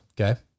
Okay